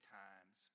times